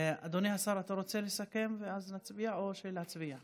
אדוני השר, אתה רוצה לסכם ואז נצביע או שנצביע?